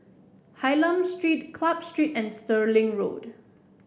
Hylam Street Club Street and Stirling Road